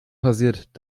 passiert